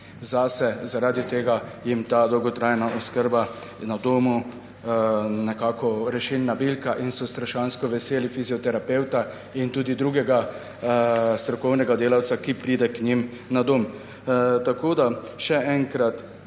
zase. Zaradi tega jim je ta dolgotrajna oskrba na domu nekako rešilna bilka in so strašansko veseli fizioterapevta in tudi drugega strokovnega delavca, ki pride k njim na dom. Tako da še enkrat,